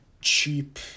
cheap